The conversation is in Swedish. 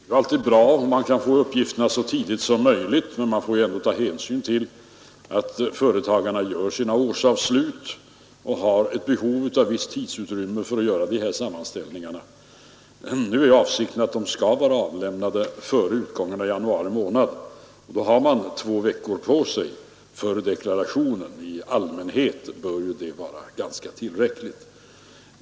Herr talman! Det är ju alltid bra att få uppgifterna så tidigt som möjligt, men man får ändå ta hänsyn till att företagarna först skall göra sina å lut och har behov av visst tidsutrymme för att göra dessa ällningar. Avsikten är att uppgifterna skall vara lämnade före utgången av januari månad, och då har man två veckor på sig för deklarationen. I allmänhet bör det ju vara ganska tillräckligt.